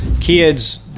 Kids